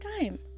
time